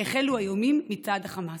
החלו האיומים מצד החמאס.